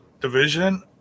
division